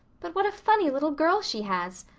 but what a funny little girl she has.